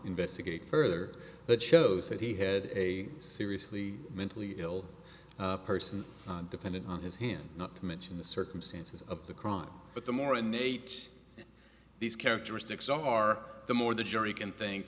investigate further but shows that he had a seriously mentally ill person dependent on his hand not to mention the circumstances of the crime but the more innate these characteristics are the more the jury can think